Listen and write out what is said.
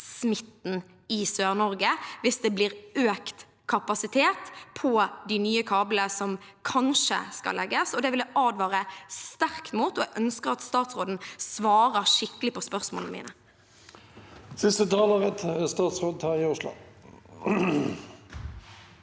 prissmitten i SørNorge hvis det blir økt kapasitet på de nye kablene som kanskje skal legges. Det vil jeg advare sterkt mot, og jeg ønsker at statsråden svarer skikkelig på spørsmålene mine. Statsråd Terje Aasland